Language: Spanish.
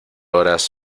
horas